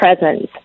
presence